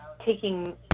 taking